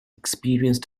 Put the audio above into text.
experienced